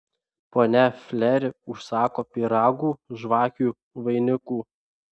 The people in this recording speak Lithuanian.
ponia fleri užsako pyragų žvakių vainikų